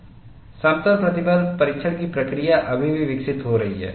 समतल प्रतिबल परीक्षण की प्रक्रिया अभी भी विकसित हो रही है